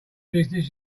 business